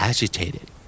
Agitated